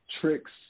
tricks